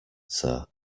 sir